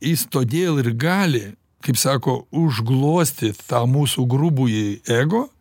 jis todėl ir gali kaip sako užglostyt tą mūsų grubųjį ego